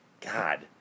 God